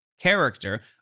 character